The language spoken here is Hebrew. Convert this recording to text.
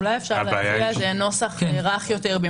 אולי אפשר להציע נוסח רך יותר,